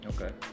okay